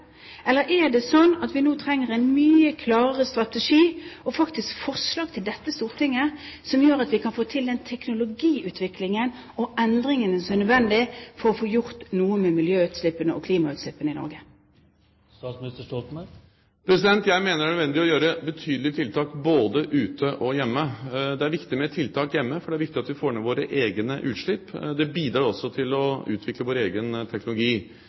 Eller er det slik at vi nå trenger en mye klarere strategi og faktisk forslag til dette Stortinget som gjør at vi kan få til den teknologiutviklingen og de endringene som er nødvendige for å få gjort noe med miljøutslippene og klimautslippene i Norge? Jeg mener det er nødvendig å gjøre betydelige tiltak både ute og hjemme. Det er viktig med tiltak hjemme, for det er viktig at vi får ned våre egne utslipp. Det bidrar også til å utvikle vår egen teknologi.